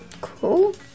Cool